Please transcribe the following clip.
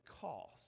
cost